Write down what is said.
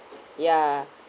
ya